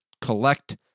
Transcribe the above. collect